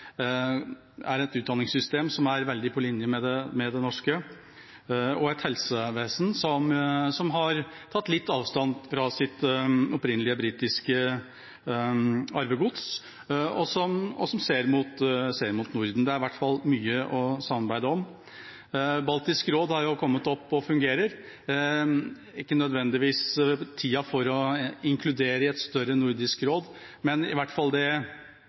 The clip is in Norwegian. er et utdanningssystem som er veldig på linje med det norske, og et helsevesen som har tatt litt avstand fra sitt opprinnelige britiske arvegods, og som ser mot Norden. Det er i hvert fall mye å samarbeide om. Baltisk råd har kommet opp og fungerer. Dette er ikke nødvendigvis tida for å inkludere det i et større Nordisk råd, men i hvert fall